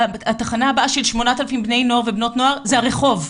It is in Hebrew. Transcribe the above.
התחנה הבאה של 8,000 בני נוער ובנות נוער היא הרחוב,